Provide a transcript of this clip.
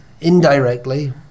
indirectly